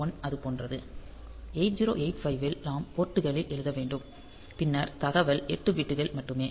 1 அது போன்றது 8085 ல் நாம் போர்ட்களில் எழுத வேண்டும் பின்னர் தகவல் 8 பிட்கள் மட்டுமே